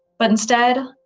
but instead,